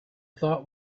thought